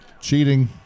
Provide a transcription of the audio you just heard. Cheating